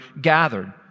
gathered